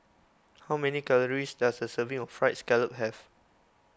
how many calories does a serving of Fried Scallop have